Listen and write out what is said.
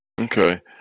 Okay